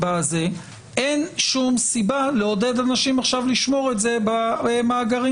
אין שום סיבה לעודד אנשים עכשיו לשמור את זה במאגרים.